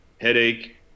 headache